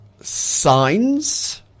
signs